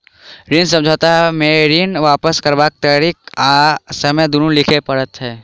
ऋण समझौता मे ऋण वापस करबाक तरीका आ समय दुनू लिखल रहैत छै